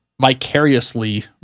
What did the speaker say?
vicariously